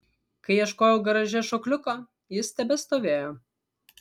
kai ieškojau garaže šokliuko jis tebestovėjo